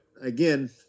again